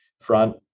front